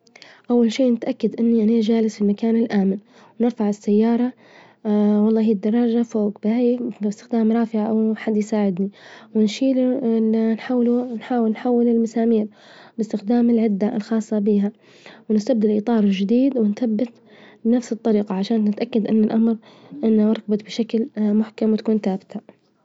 أول شي نتأكد إني أنا جالس في المكان الآمن، نرفع السيارة والله الدراجة فوق باهي باستخدام رافعة أوحد يساعدني، ونشيل نحاول نحاول نحول المسامير، باستخدام العدة الخاصة بها، ونستبدل الإطار الجديد ونثبت بنفس الطريقة عشان نتأكد إن الأمر إنها ركبت بشكل محكم وتكون ثابتة.